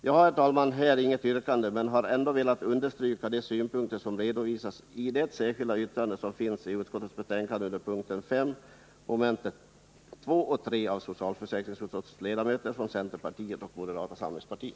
Jag har, herr talman, här inget yrkande, men har ändock velat understryka de synpunkter som redovisats i det särskilda yttrande av socialförsäkringsutskottets ledamöter från centerpartiet och moderata samlingspartiet som återfinns under p. 5 mom. 2 och 3.